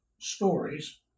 stories